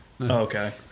okay